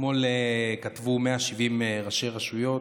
אתמול כתבו 170 ראשי רשויות.